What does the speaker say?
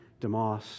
DeMoss